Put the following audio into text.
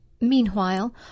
Meanwhile